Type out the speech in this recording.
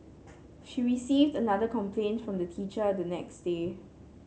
she received another complaint from the teacher the next day